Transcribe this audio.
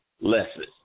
lessons